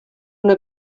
una